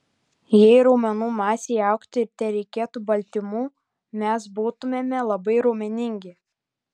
jei raumenų masei augti tereikėtų baltymų mes būtumėme labai raumeningi